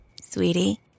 Sweetie